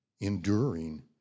enduring